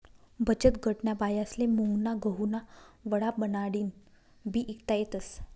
बचतगटन्या बायास्ले मुंगना गहुना वडा बनाडीन बी ईकता येतस